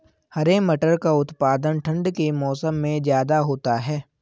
हरे मटर का उत्पादन ठंड के मौसम में ज्यादा होता है